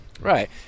right